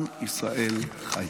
עם ישראל חי.